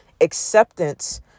acceptance